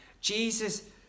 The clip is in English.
Jesus